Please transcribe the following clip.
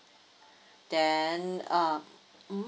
then um mm